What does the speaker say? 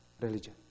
religion